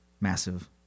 Massive